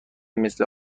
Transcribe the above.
مثل